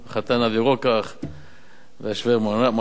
החתן אבי רוקח וה"שווער" מר נתן.